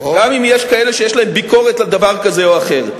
גם אם יש כאלה שיש להם ביקורת על דבר כזה או אחר.